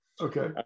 Okay